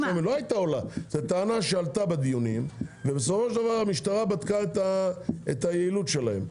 זאת טענה שעלתה בדיונים ובסופו של דבר המשטרה בדקה את היעילות שלהם.